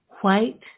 white